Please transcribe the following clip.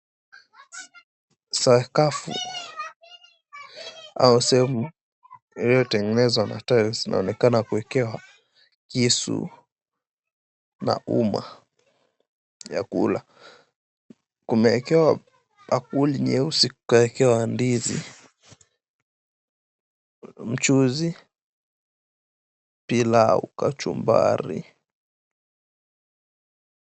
Sakafu au sehemu iliyotengenezwa na tiles , inaonekana kuekewa kisu na uma ya kula. Kumeekewa bakuli nyeusi ikiwa na ndizi, mchuzi, pilau, kachumbari.